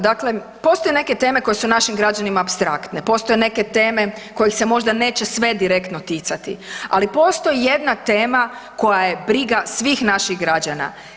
Dakle, postoje neke teme koje su našim građanima apstraktne, postoje neke teme kojih se možda neće sve direktno ticati, ali postoji jedna tema koja je briga svih naših građana.